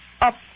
up